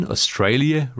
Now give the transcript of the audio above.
Australia